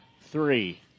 three